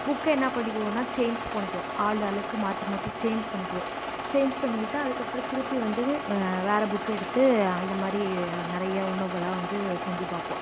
புக்கை என்ன பண்ணிக்குவோம்னா சேஞ்ச் பண்ணிக்குவோம் ஆளு ஆளுக்கு மாற்றி மாற்றி சேஞ்ச் பண்ணிக்குவோம் சேஞ்ச் பண்ணிக்கிட்டு அதுக்கு அப்புறோம் திருப்பி வந்து வேற புக் எடுத்து அந்தமாதிரி நிறைய உணவுலாம் வந்து செஞ்சு பார்ப்போம்